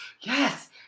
yes